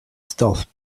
stealth